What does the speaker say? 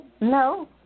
No